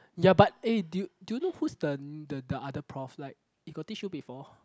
ya but eh do you do you know who's the the other prof like he got teach you before